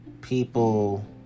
people